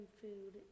food